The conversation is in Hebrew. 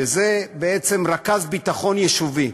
שזה בעצם רכז ביטחון יישובי,